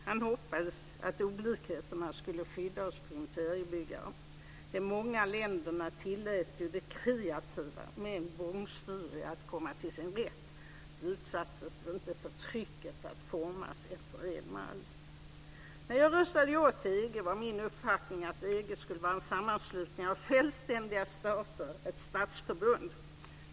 Han hoppades att olikheterna skulle skydda oss för imperiebyggare. De många länderna tillät de kreativa men bångstyriga att komma till sin rätt. De utsattes inte för trycket att formas efter samma mall. När jag röstade ja till EG var min uppfattning att EG skulle vara en sammanslutning av självständiga stater, ett statsförbund.